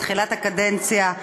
בתחילת הקדנציה,